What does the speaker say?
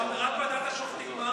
חברת הכנסת מארק, אנחנו באמצע ההצבעה.